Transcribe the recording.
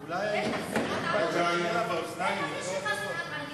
אני יודע שזה שווה,